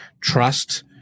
Trust